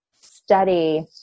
study